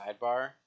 sidebar